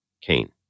Cain